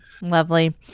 Lovely